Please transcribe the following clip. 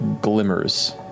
glimmers